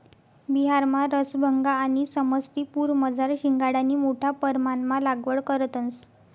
बिहारमा रसभंगा आणि समस्तीपुरमझार शिंघाडानी मोठा परमाणमा लागवड करतंस